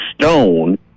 stone